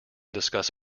discuss